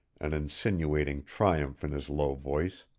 an insinuating triumph in his low voice.